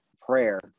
prayer